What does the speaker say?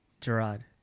Gerard